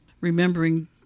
remembering